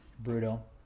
brutal